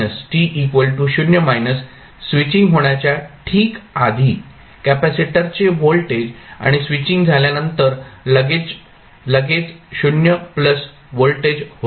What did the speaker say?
तर t 0 switching होण्याच्या ठीक आधी कॅपेसिटरचे व्होल्टेज आणि स्विचिंग झाल्यानंतर लगेच 0 व्होल्टेज होते